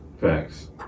Facts